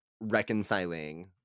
reconciling